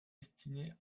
destinés